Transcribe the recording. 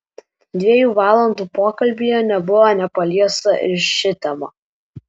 dviejų valandų pokalbyje neliko nepaliesta ir ši tema